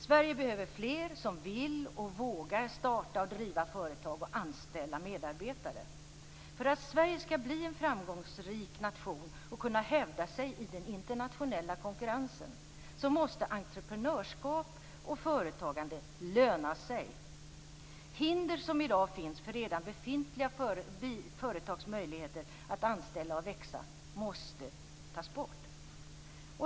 Sverige behöver fler som vill och vågar starta och driva företag och anställa medarbetare. För att Sverige skall bli en framgångsrik nation och kunna hävda sig i den internationella konkurrensen måste entreprenörskap och företagande löna sig. Hinder som i dag finns för redan befintliga företags möjligheter att anställa och växa måste tas bort.